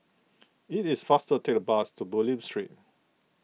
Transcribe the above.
it is faster to take the bus to Bulim Street